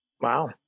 Wow